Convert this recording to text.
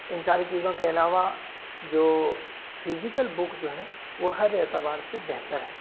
ان ساری چیزوں کے علاوہ جو فزیکل بک جو ہے وہ ہر اعتبار سے بہتر ہے